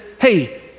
hey